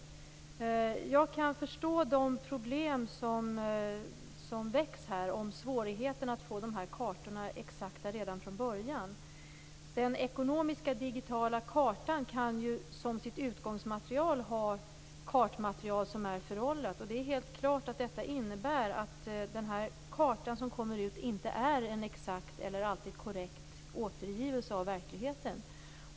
Jag kan förstå de problem som här väcks när det gäller svårigheterna att få de här kartorna exakta redan från början. Den digitala ekonomiska kartan kan ju som sitt utgångsmaterial ha kartmaterial som är föråldrat, och det är helt klart att detta innebär att den karta som kommer ut inte är en exakt eller alltid korrekt återgivning av verkligheten.